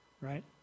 right